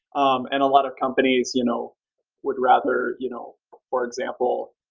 um and a lot of companies you know would rather, you know for example,